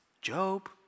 Job